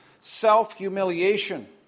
self-humiliation